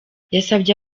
yasabye